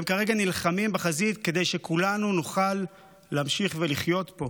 והם כרגע נלחמים בחזית כדי שכולנו נוכל להמשיך ולחיות פה,